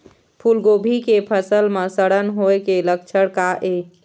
फूलगोभी के फसल म सड़न होय के लक्षण का ये?